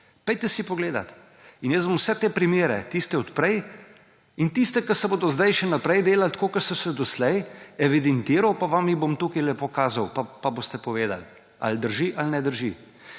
Pojdite si pogledat. In jaz bom vse te primere, tiste od prej in tiste, ki se bodo zdaj še naprej delali, tako kot so se doslej, evidentiral pa vam jih bom tukaj lepo kazal; pa boste povedali, ali drži ali ne drži.